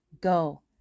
Go